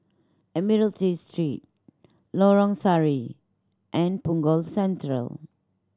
Admiralty Street Lorong Sari and Punggol Central